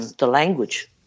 language